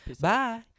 Bye